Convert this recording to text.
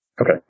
Okay